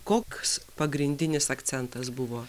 koks pagrindinis akcentas buvo